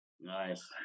Nice